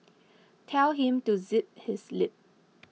tell him to zip his lip